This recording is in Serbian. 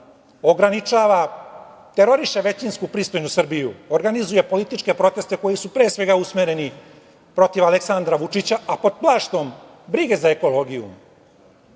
ograničava, teroriše većinsku, pristojnu Srbiju, organizuje političke proteste koji su pre svega usmereni protiv Aleksandra Vučića, a pod plaštom brige za ekologiju,